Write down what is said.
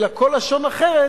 אלא בכל לשון אחרת,